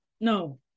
No